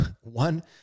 one